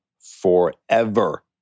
forever